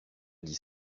dit